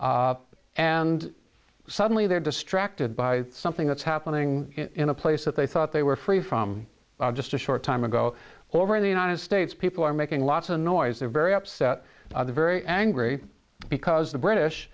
war and suddenly they're distracted by something that's happening in a place that they thought they were free from just a short time ago over in the united states people are making lots of noise they're very upset very angry because the british